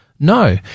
No